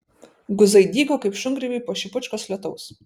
guzai dygo kaip šungrybiai po šipučkos lietaus